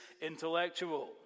intellectual